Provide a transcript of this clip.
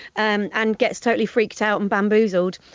and and gets totally freaked out and bamboozled.